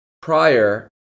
prior